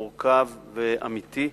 מורכב ואמיתי.